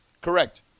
correct